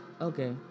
okay